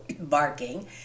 barking